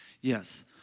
Yes